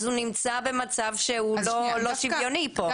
אז הוא נמצא במצב לא שוויוני פה.